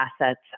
assets